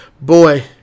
boy